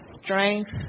strength